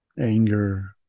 anger